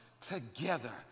together